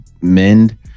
mend